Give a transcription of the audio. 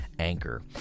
Anchor